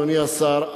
אדוני השר,